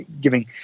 giving